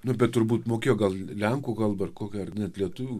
nu bet turbūt mokėjo gal lenkų kalba ir kokia ar net lietuvių